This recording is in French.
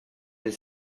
des